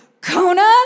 Kona